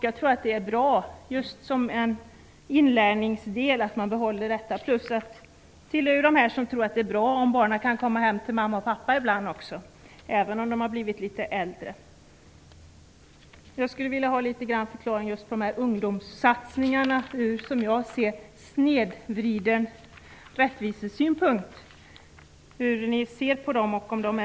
Jag tror att det är bra för inlärningen att behålla kortet. Jag tillhör dessutom en av dem som tycker att det är bra att barnen kan komma hem till mamma och pappa ibland - även om de har blivit litet äldre. Jag skulle vilja ha en förklaring angående dessa ungdomssatsningar, som jag anser är snedvridande ur rättvisesynpunkt.